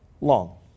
long